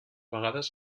vegades